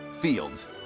Fields